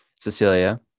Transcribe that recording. Cecilia